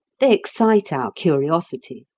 they excite our curiosity,